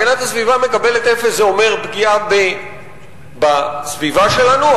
הגנת הסביבה המקבלת אפס זה אומר פגיעה בסביבה שלנו,